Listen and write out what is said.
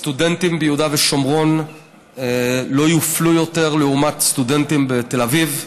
סטודנטים ביהודה ושומרון לא יופלו יותר לעומת סטודנטים בתל אביב.